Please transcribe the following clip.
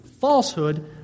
falsehood